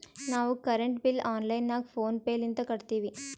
ನಾವು current bill online ನಾಗ PhonePe ಲಿಂತ ಕಟ್ಟತ್ತಿವಿ